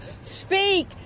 speak